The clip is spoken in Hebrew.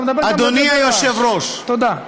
אתה מדבר, אדוני היושב-ראש, תודה.